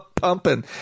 Pumping